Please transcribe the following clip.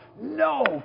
no